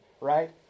right